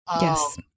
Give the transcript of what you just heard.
yes